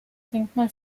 denkmal